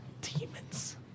demons